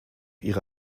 ihre